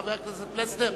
חבר הכנסת פלסנר.